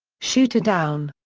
shooter down!